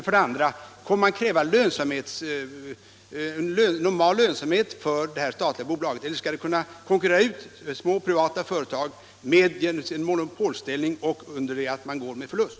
Kommer man att kräva normal lönsamhet för det statliga bolaget, eller skall det med sin monopolställning kunna konkurrera ut de små privata företagen medan det självt går med förlust?